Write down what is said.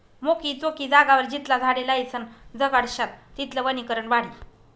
मोकयी चोकयी जागावर जितला झाडे लायीसन जगाडश्यात तितलं वनीकरण वाढी